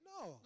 no